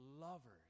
lovers